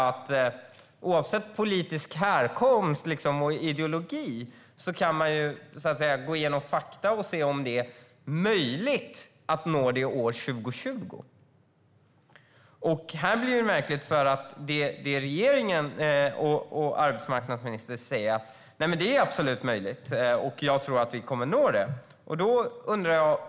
Men oavsett politisk härkomst och ideologi kan man gå igenom fakta för att försöka se om det är möjligt att nå målet till år 2020. Här blir det märkligt. Regeringen och arbetsmarknadsministern säger att det absolut är möjligt att nå målet och att de tror att de kommer att göra det.